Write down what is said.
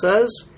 says